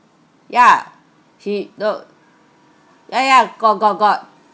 yeah he the ya ya got got got